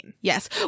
Yes